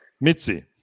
Mitzi